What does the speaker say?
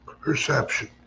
perception